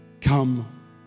come